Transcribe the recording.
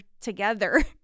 together